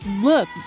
look